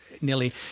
nearly